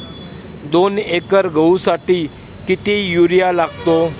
दोन एकर गहूसाठी किती युरिया लागतो?